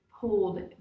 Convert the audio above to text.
pulled